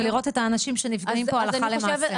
ולראות את האנשים שנפגעים פה הלכה למעשה.